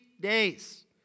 days